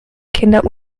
kinder